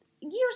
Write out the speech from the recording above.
years